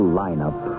lineup